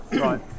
right